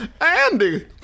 Andy